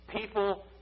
People